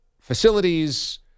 facilities